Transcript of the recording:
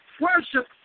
worship